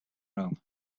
rome